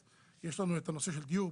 יש לנו את הנושא של דיור,